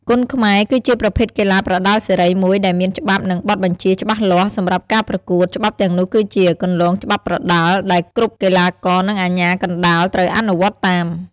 គុនខ្មែរ គឺជាប្រភេទកីឡាប្រដាល់សេរីមួយ ដែលមាន ច្បាប់ និងបទបញ្ជាច្បាស់លាស់ សម្រាប់ការប្រកួត ច្បាប់ទាំងនោះ គឺជា "គន្លងច្បាប់ប្រដាល់" ដែលគ្រប់កីឡាករ និងអាជ្ញាកណ្ដាលត្រូវអនុវត្តតាម។